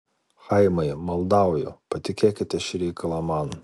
chaimai maldauju patikėkite šį reikalą man